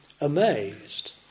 amazed